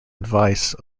advice